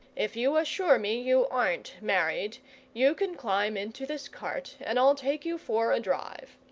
if you assure me you aren't married you can climb into this cart and i'll take you for a drive.